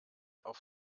auf